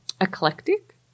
Eclectic